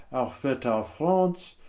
our fertile france,